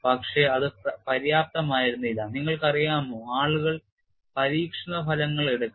പക്ഷേ അത് പര്യാപ്തമായിരുന്നില്ല നിങ്ങൾക്കറിയാമോ ആളുകൾ പരീക്ഷണ ഫലങ്ങൾ എടുക്കണം